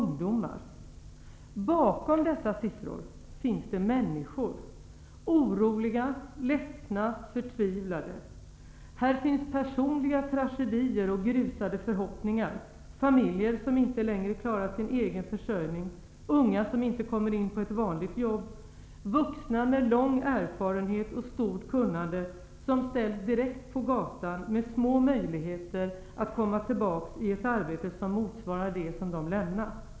Bakom dessa siffror finns det människor -- oroliga, ledsna, förtvivlade. Här finns personliga tragedier och grusade förhoppningar, familjer som inte längre klarar sin egen försörjning, unga som inte kommer in på ett vanligt jobb, vuxna med lång erfarenhet och stort kunnande, som ställs direkt på gatan med små möjligheter att komma tillbaka i ett arbete som motsvarar det som de har lämnat.